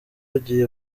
yagiye